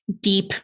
deep